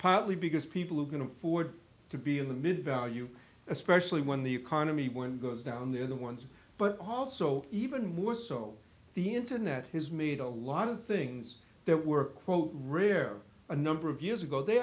partly because people who can afford to be in the middle value especially when the economy one goes down they're the ones but also even more so on the internet his made a lot of things that were quote rare a number of years ago they